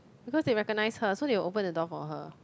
because they recognise her so they will open the door for her